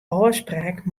ôfspraak